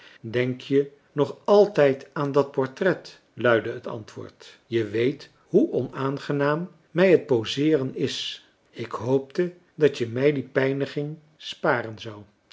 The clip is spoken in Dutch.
denk je nog altijd aan dat portret luidde het antwoord je weet hoe onaangenaam mij het poseeren is ik hoopte dat je mij die pijniging sparen zou